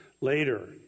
later